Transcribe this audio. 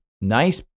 nice